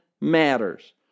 matters